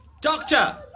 Doctor